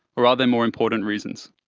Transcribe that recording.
or are there more important reasons?